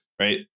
right